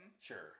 Sure